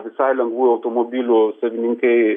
visai lengvųjų automobilių savininkai